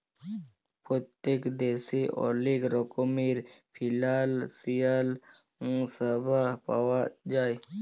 পত্তেক দ্যাশে অলেক রকমের ফিলালসিয়াল স্যাবা পাউয়া যায়